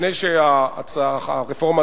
לפני שהרפורמה